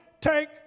take